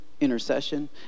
intercession